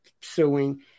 suing